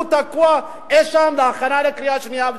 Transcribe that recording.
הוא תקוע אי-שם בהכנה לקריאה שנייה ושלישית.